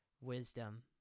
wisdom